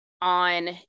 on